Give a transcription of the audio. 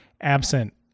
absent